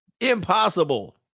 Impossible